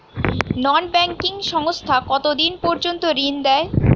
নন banking সংস্থা কতটাকা পর্যন্ত ঋণ দেয়?